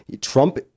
Trump